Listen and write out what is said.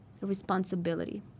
responsibility